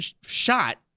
shot